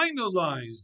finalized